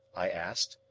i asked.